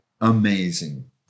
amazing